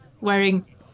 wearing